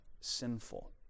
sinful